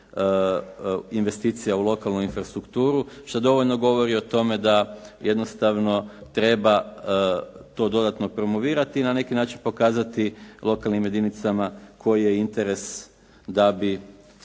investicija u lokalnu infrastrukturu što dovoljno govori o tome da jednostavno treba to dodatno promovirati i na neki način pokazati lokalnim jedinicama koji je interes da bi